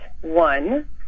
one